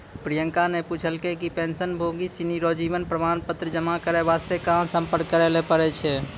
प्रियंका ने पूछलकै कि पेंशनभोगी सिनी रो जीवन प्रमाण पत्र जमा करय वास्ते कहां सम्पर्क करय लै पड़ै छै